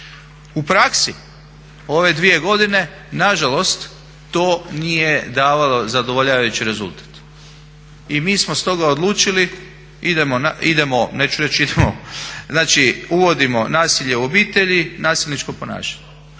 U praksi ove dvije godine nažalost to nije davalo zadovoljavajući rezultat i mi smo stoga odlučili idemo, uvodimo nasilje u obitelji, nasilničko ponašanje.